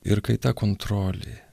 ir kai ta kontrolė